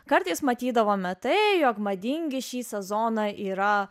kartais matydavome tai jog madingi šį sezoną yra